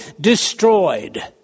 destroyed